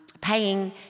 paying